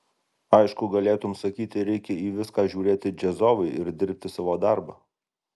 aišku galėtum sakyti reikia į viską žiūrėti džiazovai ir dirbti savo darbą